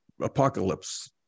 apocalypse